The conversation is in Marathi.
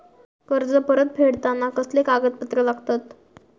कर्ज परत फेडताना कसले कागदपत्र लागतत?